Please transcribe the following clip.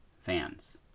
fans